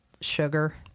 sugar